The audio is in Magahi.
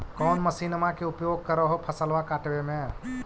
कौन मसिंनमा के उपयोग कर हो फसलबा काटबे में?